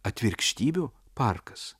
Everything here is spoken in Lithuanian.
atvirkštybių parkas